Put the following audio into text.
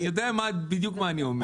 אני יודע בדיוק מה אתה אומר.